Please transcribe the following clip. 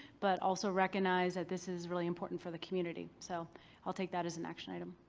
but also recognize that this is really important for the community. so i'll take that as an action item.